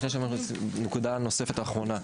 נקודה נוספת אחרונה: